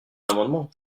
amendement